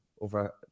over